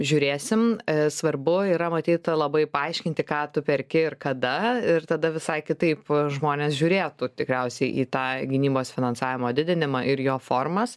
žiūrėsim svarbu yra matyt labai paaiškinti ką tu perki ir kada ir tada visai kitaip žmonės žiūrėtų tikriausiai į tą gynybos finansavimo didinimą ir jo formas